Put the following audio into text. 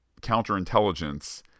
counterintelligence